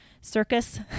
circus